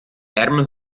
ärmel